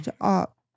up